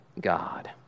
God